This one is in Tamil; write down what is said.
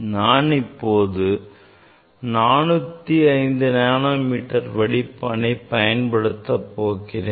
நான் இப்போது 405 நானோமீட்டர் வடிப்பானை பயன்படுத்த போகிறேன்